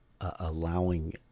allowing